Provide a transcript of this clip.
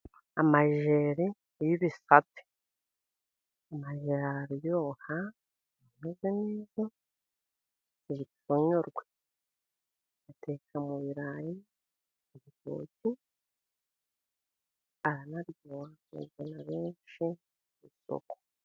Amajyeri y'ibisate . Amajyeri araryoha ,ameze neza, yitwa urunyogwe . Uyateka mu birayi ,mu gitoki ,aranaryoha, akundwa na benshi ku isoko.